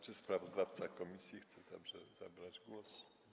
Czy sprawozdawca komisji chce zabrać głos?